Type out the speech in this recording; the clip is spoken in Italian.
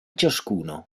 ciascuno